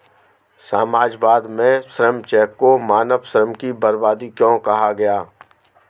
समाजवाद में श्रम चेक को मानव श्रम की बर्बादी क्यों कहा गया?